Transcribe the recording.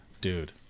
Dude